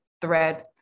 thread